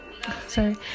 Sorry